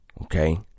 Okay